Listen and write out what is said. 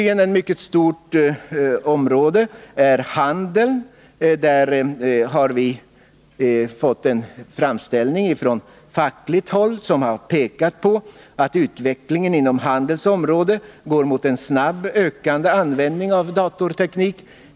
Till sist: Ett mycket stort område är handeln. Där har vi fått en framställning från fackligt håll, i vilken man pekat på att utvecklingen inom detta område går mot en snabbt ökande användning av datorteknik.